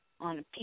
on